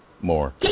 more